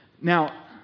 Now